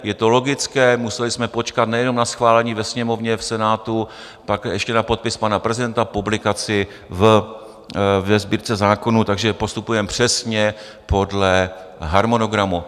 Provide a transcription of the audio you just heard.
Je to logické, museli jsme počkat nejenom na schválení ve Sněmovně, v Senátu, pak ještě na podpis pana prezidenta, publikaci ve Sbírce zákonů, takže postupujeme přesně podle harmonogramu.